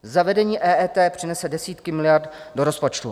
Zavedení EET přinese desítky miliard do rozpočtu.